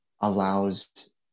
allows